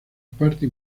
parte